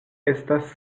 estas